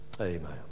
Amen